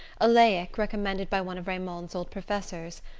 a laic recommended by one of raymond's old professors.